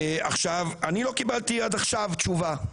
אני לא קיבלתי עד עכשיו תשובה.